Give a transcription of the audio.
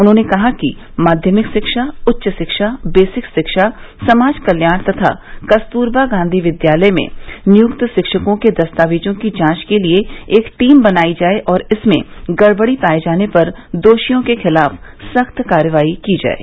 उन्होंने ने कहा कि माध्यमिक शिक्षा उच्च शिक्षा बेसिक शिक्षा समाज कल्याण तथा कस्तुरबा गांधी विद्यालय में नियुक्त शिक्षकों के दस्तावेजों की जांच के लिये एक टीम बनाई जाये और इसमें गड़बड़ी पाये जाने पर दोषियों के खिलाफ सख्त कार्रवाई की जाये